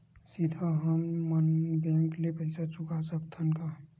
सीधा हम मन बैंक ले पईसा चुका सकत हन का?